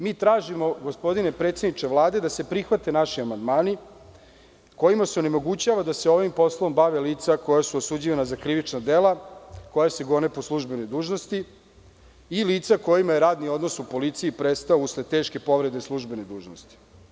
Mi tražimo, gospodine predsedniče Vlade, da se prihvate naši amandmani kojima se onemogućava da se ovim poslom bave lica koja su osuđivana za krivična dela, koja se gone po službenoj dužnosti i lica kojima je radni odnos u policiji prestao usled teške povrede službene dužnosti.